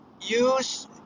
use